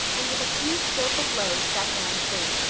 and with a few skillfull blows set anne free.